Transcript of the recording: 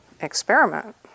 experiment